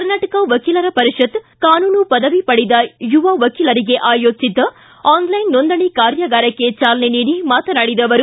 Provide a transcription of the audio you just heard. ಕರ್ನಾಟಕ ವಕೀಲರ ವರಿಷತ್ ಕಾನೂನು ಪದವಿ ಪಡೆದ ಯುವ ವಕೀಲರಿಗೆ ಆಯೋಜಿಸಿದ್ದ ಆನ್ಲೈನ್ ನೊಂದಣೆ ಕಾರ್ಯಾಗಾರಕ್ಕೆ ಜಾಲನೆ ನೀಡಿ ಮಾತನಾಡಿದ ಅವರು